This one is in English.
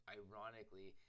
ironically